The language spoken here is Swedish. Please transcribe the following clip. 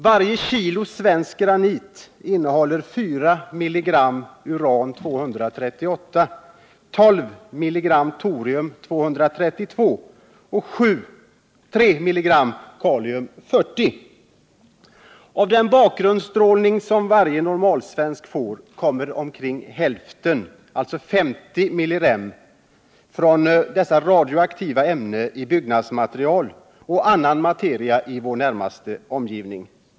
Varje kilo svensk granit innehåller 4 milligram uran-238, 12 milligram torium-232 och 3 milligram kalium-40. Av den bakgrundsstrålning varje normal svensk får kommer hälften, omkring 50 millirem om året, från dessa radioaktiva ämnen i byggnadsmaterial och annan materia i vår närmaste omgivning.